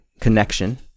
connection